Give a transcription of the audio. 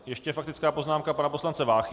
Ještě faktická poznámka pana poslance Váchy.